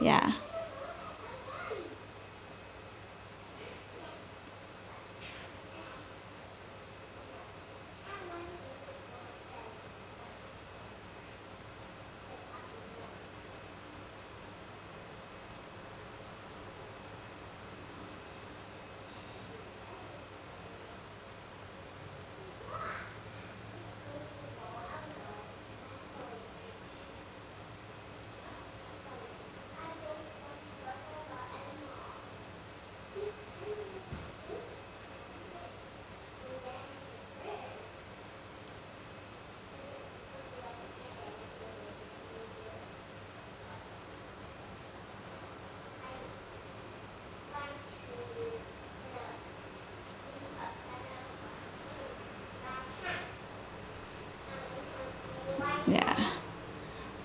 ya ya